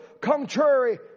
contrary